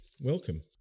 welcome